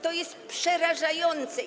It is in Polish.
To jest przerażające.